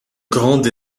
grande